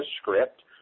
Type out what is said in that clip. script